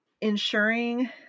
ensuring